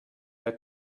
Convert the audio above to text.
had